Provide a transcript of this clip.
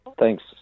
Thanks